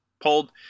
pulled